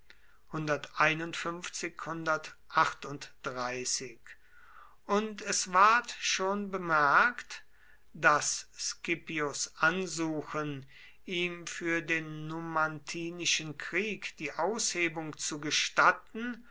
und es ward schon bemerkt daß scipios ansuchen ihm für den numantinischen krieg die aushebung zu gestatten